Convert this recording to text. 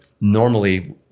normally